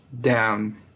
down